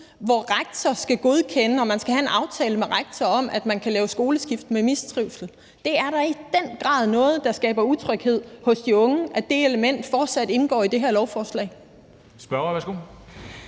hvor rektor skal godkende og man skal have en aftale med rektor om, at man kan lave skoleskift ved mistrivsel? Det er da i den grad noget, der skaber utryghed hos de unge, at det element fortsat indgår i det her lovforslag. Kl.